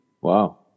Wow